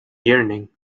yearning